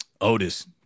Otis